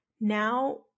Now